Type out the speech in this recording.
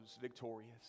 victorious